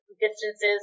distances